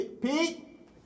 Pete